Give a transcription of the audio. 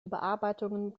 überarbeitungen